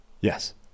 Yes